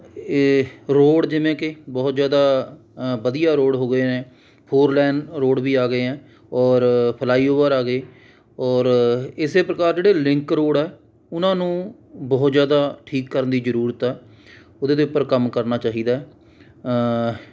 ਇਹ ਰੋਡ ਜਿਵੇਂ ਕਿ ਬਹੁਤ ਜ਼ਿਆਦਾ ਵਧੀਆ ਰੋਡ ਹੋ ਗਏ ਨੇ ਫੋਰ ਲਾਈਨ ਰੋਡ ਵੀ ਆ ਗਏ ਏ ਔਰ ਫਲਾਈਓਵਰ ਆ ਗਏ ਔਰ ਇਸ ਪ੍ਰਕਾਰ ਜਿਹੜੇ ਲਿੰਕ ਰੋਡ ਆ ਉਹਨਾਂ ਨੂੰ ਬਹੁਤ ਜ਼ਿਆਦਾ ਠੀਕ ਕਰਨ ਦੀ ਜ਼ਰੂਰਤ ਆ ਉਹਦੇ ਦੇ ਉੱਪਰ ਕੰਮ ਕਰਨਾ ਚਾਹੀਦਾ ਹੈ